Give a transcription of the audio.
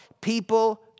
People